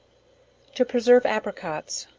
to preserve apricots.